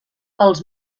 els